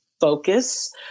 focus